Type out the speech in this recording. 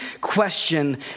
question